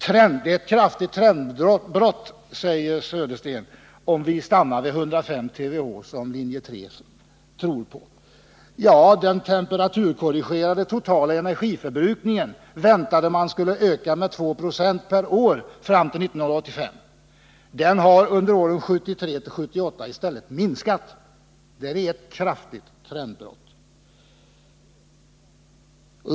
Det är ett kraftigt trendbrott, säger Bo Södersten, om vi stannar vid 105 TWh som linje 3 förespråkar. Ja, den temperaturkorrigerade totala energiförbrukningen väntade man skulle öka med 2 96 per år fram till 1985. Under åren 1973-1978 har den i stället minskat. Där är ett kraftigt trendbrott.